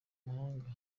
mahanga